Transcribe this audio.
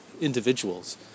individuals